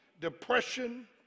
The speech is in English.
depression